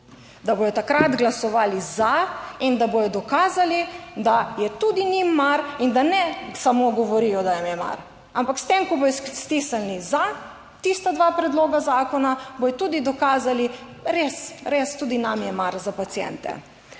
da bodo takrat glasovali za in da bodo dokazali, da je tudi njim mar in da ne samo govorijo, da jim je mar, ampak s tem, ko bodo stisnili za tista dva predloga zakona, bodo tudi dokazali, res, res tudi nam je mar za paciente.